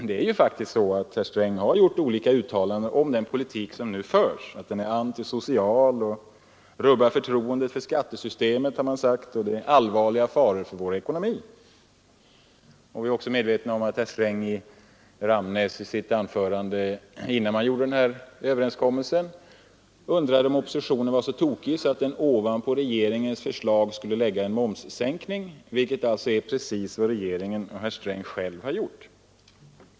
Det är ju faktiskt så att herr Sträng har gjort en hel del uttalanden om den typ av politik som nu förs: den är antisocial, den rubbar förtroendet för skattesystemet, den leder till allvarliga faror för vår ekonomi. Innan man träffade den här överenskommelsen undrade herr Sträng också om oppositionen var så tokig att den ovanpå regeringens förslag ville lägga en momssänkning, vilket nu alltså är precis vad regeringen har gjort.